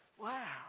wow